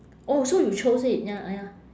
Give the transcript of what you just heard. oh so you chose it ya ah ya